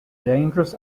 dangerous